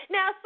Now